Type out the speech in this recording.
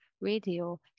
Radio